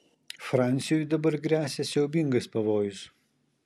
fransiui dabar gresia siaubingas pavojus